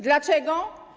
Dlaczego?